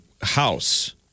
house